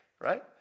right